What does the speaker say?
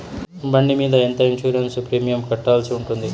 బండి మీద ఎంత ఇన్సూరెన్సు ప్రీమియం కట్టాల్సి ఉంటుంది?